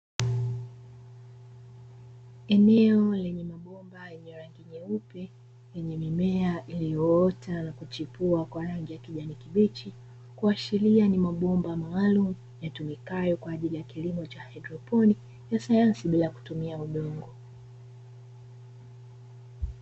Eneo lenye mabomba ya rangi nyeupe lenye mimea iliyoota na kuchipua kwa rangi ya kijani kibichi, kuashiria ni mabomba maalumu yatumikayo kwa ajili ya kilimo cha haidroponi ya sanyansi bila kutumia udongo.